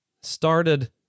started